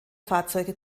fahrzeuge